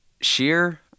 sheer